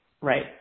Right